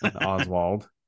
Oswald